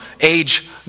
age